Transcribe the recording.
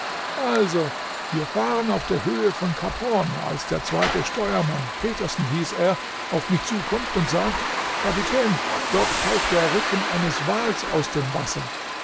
also wir fuhren auf der höhe von kap horn als der zweite steuermann petersen hieß er auf mich zukommt und sagt kapitän dort taucht der rücken eines wals aus dem wasser